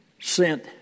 sent